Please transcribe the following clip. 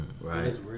Right